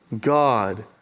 God